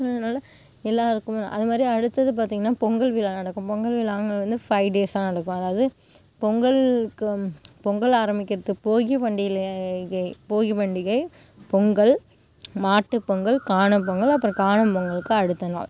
அதனால எல்லோருக்குமே அதுமாதிரி அடுத்தது பார்த்தீங்கன்னா பொங்கல் விழா நடக்கும் பொங்கல் விழாங்குறது வந்து ஃபைவ் டேஸாக நடக்கும் அதாவது பொங்கலுக்கு பொங்கல் ஆரம்மிக்கிறதுக்கு போகி பண்டிகையில் போகி பண்டிகை பொங்கல் மாட்டு பொங்கல் காணும் பொங்கல் அப்புறம் காணும் பொங்கலுக்கு அடுத்த நாள்